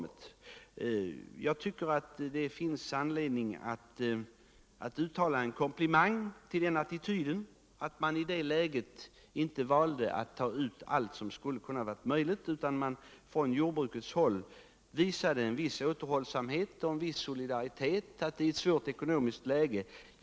Oswald Söderqvist angrep detta ur en enligt min mening felaktig vinkel. Jag tycker att det finns anledning att uttala en komplimang till jordbrukarna för den attityd de intog, när de i det läget inte valde att ta ut allt som skulle ha varit möjligt, utan visade återhållsamhet och solidaritet i ett ansträngt ekonomiskt läge.